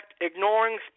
ignoring